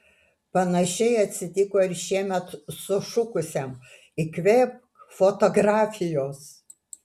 panašiai atsitiko ir šiemet sušukusiam įkvėpk fotografijos